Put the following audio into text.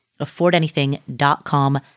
affordanything.com